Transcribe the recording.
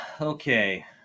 okay